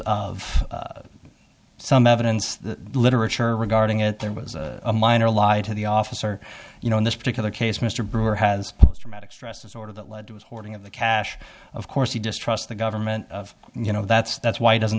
of some evidence the literature regarding it there was a minor lied to the officer you know in this particular case mr brewer has post traumatic stress disorder that led to his hoarding of the cash of course he distrust the government and you know that's that's why he doesn't